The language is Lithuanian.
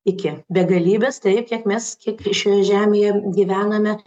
iki begalybės tai kiek mes kiek šioje žemėje gyvename